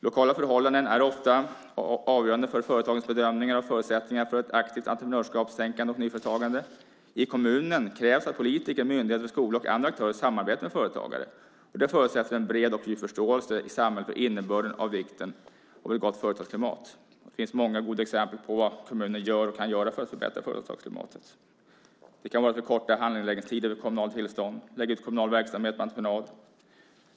Lokala förhållanden är ofta avgörande för företagens bedömningar och förutsättningar för ett aktivt entreprenörstänkande och nyföretagande. I kommunen krävs att politiker, myndigheter, skola och andra aktörer samarbetar med företagare. Det förutsätter en bred och djup förståelse i samhället för innebörden av vikten av ett gott företagsklimat. Det finns många goda exempel på vad en kommun kan göra för att förbättra företagsklimatet. Det kan vara att förkorta handläggningstiderna för kommunala tillstånd och att lägga ut kommunal verksamhet på entreprenad.